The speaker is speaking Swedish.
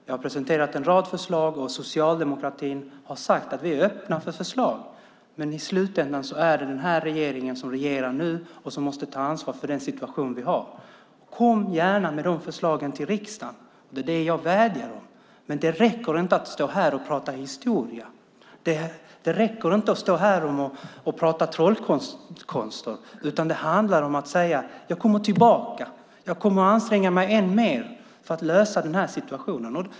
Jag har presenterat en rad förslag, och vi inom socialdemokratin har sagt att vi är öppna för förslag, men i slutändan är det den här regeringen som regerar nu som måste ta ansvar för den situation vi har. Kom gärna med de förslagen till riksdagen! Det är det jag vädjar om. Det räcker inte att stå här och prata historia. Det räcker inte att prata om trollkonster. Det handlar om att säga: Jag kommer tillbaka. Jag kommer att anstränga mig ännu mer för att lösa problemen med den här situationen.